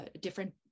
different